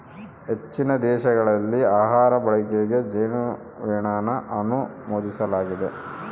ಹೆಚ್ಚಿನ ದೇಶಗಳಲ್ಲಿ ಆಹಾರ ಬಳಕೆಗೆ ಜೇನುಮೇಣನ ಅನುಮೋದಿಸಲಾಗಿದೆ